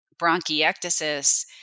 bronchiectasis